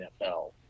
NFL